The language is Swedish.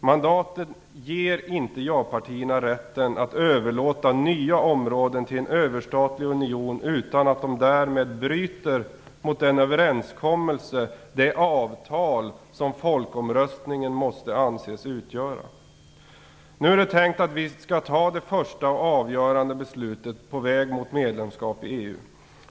Mandatet ger inte ja-partierna rätten att överlåta nya områden till en överstatlig union utan att de därmed bryter mot den överenskommelse, det avtal som folkomröstningen måste anses utgöra. Nu är det tänkt att vi skall ta det första och avgörande beslutet på vägen mot ett medlemskap i EU.